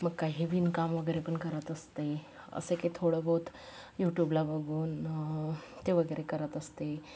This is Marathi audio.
मग काही विणकाम वगैरे पण करत असते असे काही थोडंबहुत युट्युबला बघून ते वगैरे करत असते